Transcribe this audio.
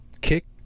kick